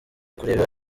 kureba